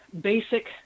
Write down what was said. basic